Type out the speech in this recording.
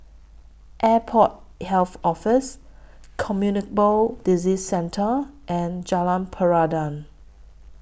Airport Health Office Communicable Disease Centre and Jalan Peradun